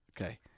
Okay